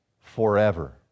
forever